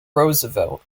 roosevelt